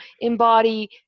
embody